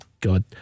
God